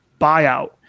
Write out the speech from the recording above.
buyout